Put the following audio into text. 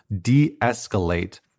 de-escalate